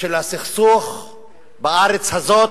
של הסכסוך בארץ הזאת.